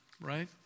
right